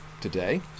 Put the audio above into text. today